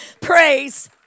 praise